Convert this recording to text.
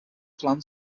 plan